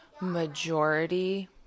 majority